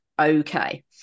okay